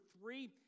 three